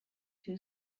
two